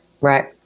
Right